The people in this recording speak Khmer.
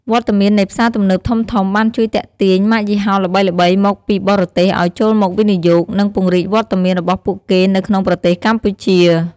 វត្តមាននៃផ្សារទំនើបធំៗបានជួយទាក់ទាញម៉ាកយីហោល្បីៗមកពីបរទេសឲ្យចូលមកវិនិយោគ និងពង្រីកវត្តមានរបស់ពួកគេនៅក្នុងប្រទេសកម្ពុជា។